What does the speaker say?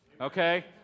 okay